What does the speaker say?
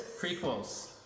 prequels